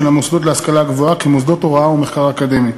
המוסדות להשכלה גבוהה כמוסדות הוראה ומחקר אקדמי.